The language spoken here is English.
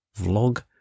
vlog